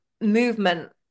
movement